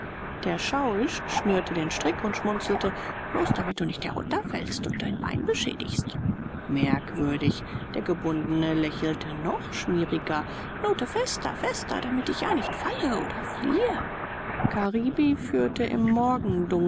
der schauisch schnürte den strick und schmunzelte bloß damit du nicht herunterfällst und dein bein beschädigst merkwürdig der gebundene lächelte noch schmieriger knote fester fester damit ich ja nicht falle oder fliehe karibi führte im